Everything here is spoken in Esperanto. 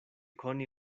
koni